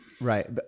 Right